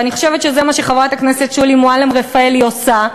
ואני חושבת שזה מה שחברת הכנסת שולי מועלם-רפאלי עושה.